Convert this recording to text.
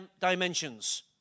dimensions